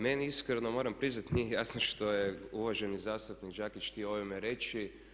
Meni iskreno moram priznati nije jasno što je uvaženi zastupnik Đakić htio ovime reći.